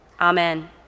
Amen